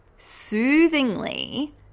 soothingly